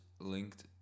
linked